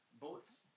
boats